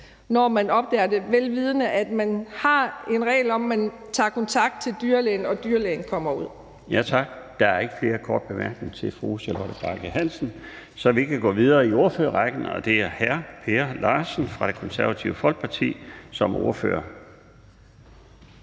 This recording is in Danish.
når man opdager det, vel vidende at man har en regel om, at man tager kontakt til dyrlægen og dyrlægen kommer ud. Kl. 21:21 Den fg. formand (Bjarne Laustsen): Tak. Der er ikke flere korte bemærkninger til fru Charlotte Bagge Hansen, så vi kan gå videre i ordførerrækken, og det er hr. Per Larsen fra Det Konservative Folkeparti som ordfører.